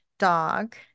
dog